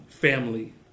family